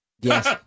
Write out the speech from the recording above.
Yes